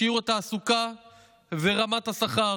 בשיעור התעסוקה וברמת השכר,